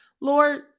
Lord